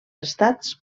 estats